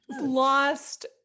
lost